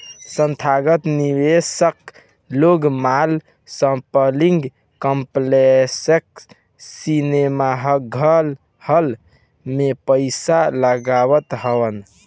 संथागत निवेशक लोग माल, शॉपिंग कॉम्प्लेक्स, सिनेमाहाल में पईसा लगावत हवन